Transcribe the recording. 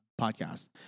podcast